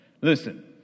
Listen